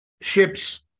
ships